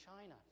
China